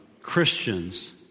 Christians